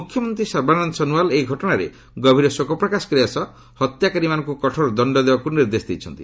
ମୁଖ୍ୟମନ୍ତ୍ରୀ ସର୍ବାନନ୍ଦ ସୋନୋୱାଲ୍ ଏହି ଘଟଣାରେ ଗଭୀର ଶୋକପ୍ରକାଶ କରିବା ସହ ହତ୍ୟାକାରୀମାନଙ୍କୁ କଠୋର ଦଶ୍ଡ ଦେବାକୁ ନିର୍ଦ୍ଦେଶ ଦେଇଛନ୍ତି